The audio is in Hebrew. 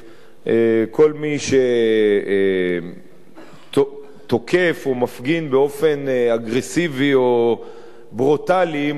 כל מי שתוקף או מפגין באופן אגרסיבי או ברוטלי מולו,